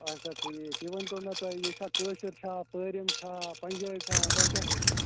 اچھا ٹھیک یہِ ؤنۍتَو مےٚ تُہۍ یہِ چھا کٲشِر چھا پٲرِم چھا پنٛجٲبۍ چھا تۄہہِ کیا چھُو ضوٚرتھ